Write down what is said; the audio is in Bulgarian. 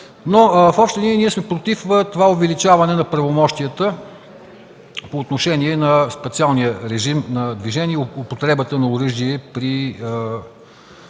но в общи линии ние сме против това увеличаване на правомощията по отношение на специалния режим на движение и употребата на оръжие при